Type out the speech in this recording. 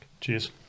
Cheers